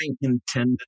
intended